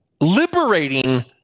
liberating